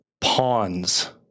Pawns